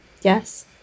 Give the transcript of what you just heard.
Yes